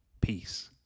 peace